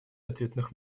ответных